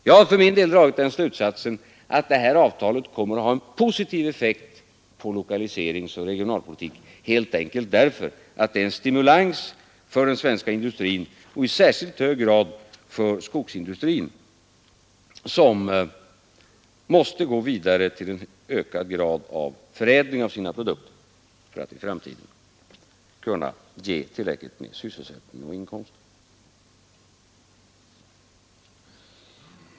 Jag har min del dragit den slutsatsen att detta avtal kommer att ha en positiv effekt på lokaliseringsoch regionalpolitik helt enkelt därför att det är en stimulans för den svenska industrin och i särskilt hög grad sina produkter för att i framtiden kunna ge tillräckligt med sysselsättning och inkomster.